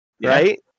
right